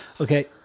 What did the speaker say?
Okay